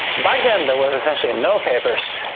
back then, there was essentially and no papers.